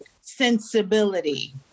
sensibility